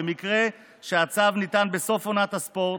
במקרה שהצו ניתן בסוף עונת הספורט,